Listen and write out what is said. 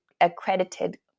accredited